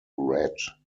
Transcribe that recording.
red